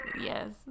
yes